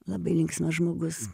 labai linksmas žmogus